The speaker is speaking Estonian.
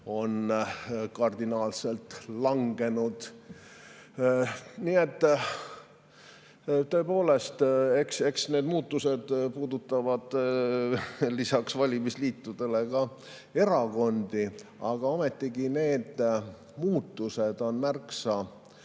on kardinaalselt langenud. Tõepoolest, eks need muutused puudutavad lisaks valimisliitudele ka erakondi, ometigi need muutused on märksa